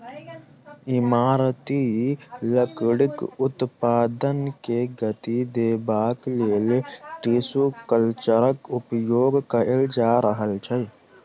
इमारती लकड़ीक उत्पादन के गति देबाक लेल टिसू कल्चरक उपयोग कएल जा रहल छै